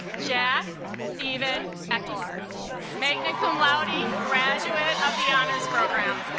jack steven echolert magna cum laude graduate of the honors program